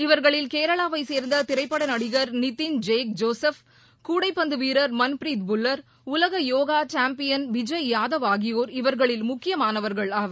இவர்களில் கேரளாவைசேர்ந்ததிரைப்படநடிகர் Nithin Jack Joseph கூடைப்பந்துவீரர் மன்பீரித் புல்லர் உலகயோகாசாம்பியன் விஜய் யாதவ் ஆகியோர் இவர்களில் முக்கியமானவர்கள் ஆவர்